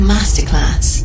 Masterclass